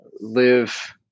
live